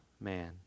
man